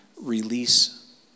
release